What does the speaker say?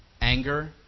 Anger